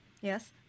Yes